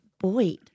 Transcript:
Boyd